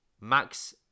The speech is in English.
Max